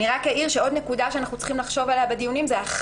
התשל"ז-1977." עוד נקודה שאנחנו צריכים לחשוב עליה בדיונים היא על